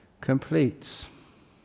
completes